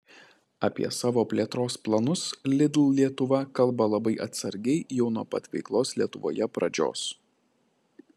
apie savo plėtros planus lidl lietuva kalba labai atsargiai jau nuo pat veiklos lietuvoje pradžios